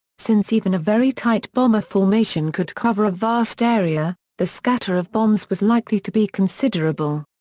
since even a very tight bomber formation could cover a vast area, the scatter of bombs was likely to be considerable.